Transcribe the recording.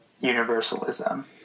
universalism